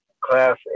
class